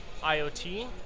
IoT